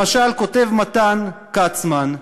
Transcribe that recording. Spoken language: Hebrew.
למשל, כותב מתן כצמן,